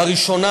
לראשונה,